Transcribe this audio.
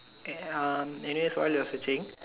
and is this why you are searching